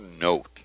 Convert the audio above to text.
note